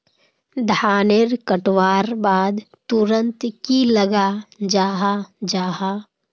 धानेर कटवार बाद तुरंत की लगा जाहा जाहा?